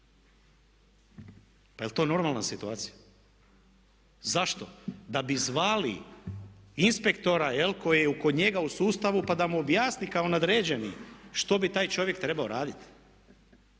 Pa jel' to normalna situacija? Zašto? Da bi zvali inspektora jel' koji je kod njega u sustavu pa da mu objasni kao nadređeni što bi taj čovjek trebao raditi.